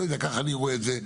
לא יודע, ככה אני רואה את זה.